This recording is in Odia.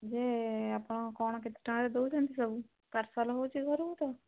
ଯେ ଆପଣ କ'ଣ କେତେ ଟଙ୍କାରେ ଦେଉଛନ୍ତି ସବୁ ପାର୍ସଲ୍ ହେଉଛି ଘରକୁ ତ